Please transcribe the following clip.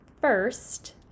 first